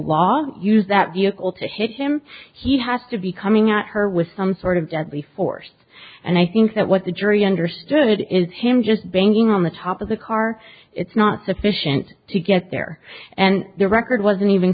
law use that vehicle to hit him he has to be coming at her with some sort of deadly force and i think that what the jury understood is him just banging on the top of the car it's not sufficient to get there and the record wasn't even